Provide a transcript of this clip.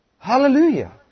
Hallelujah